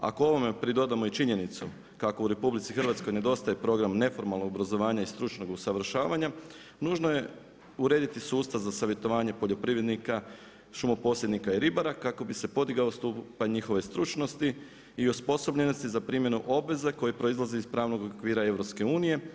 Ako, ovome pridodamo i činjenicu kako u RH, nedostaje program neformalnog obrazovanja i stručnog usavršavanja, nužno je urediti sustav za savjetovanje poljoprivrednika, šumoposrednika i ribara kako bi se podigao stupanj njihove stručnosti i osposobljenosti za primjenu obveza koje proizlaze iz pravnog okvira EU.